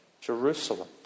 Jerusalem